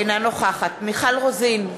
אינה נוכחת מיכל רוזין,